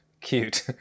cute